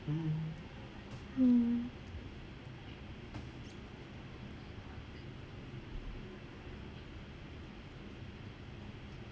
mm